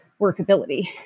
workability